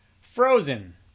Frozen